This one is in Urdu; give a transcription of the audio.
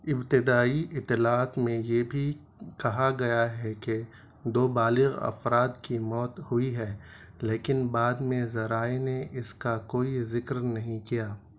ابتدائی اطلاعات میں یہ بھی کہا گیا ہے کہ دو بالغ افراد کی موت ہوئی ہے لیکن بعد میں ذرائع نے اس کا کوئی ذکر نہیں کیا